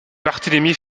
barthélémy